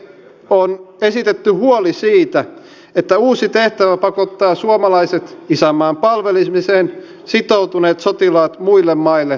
on esitetty huoli siitä että uusi tehtävä pakottaa suomalaiset isänmaan palvelemiseen sitoutuneet sotilaat muille maille vierahille